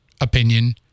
opinion